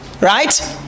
Right